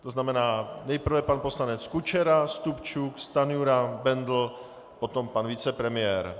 To znamená nejprve pan poslanec Kučera, Stupčuk, Stanjura, Bendl, potom pan vicepremiér.